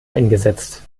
eingesetzt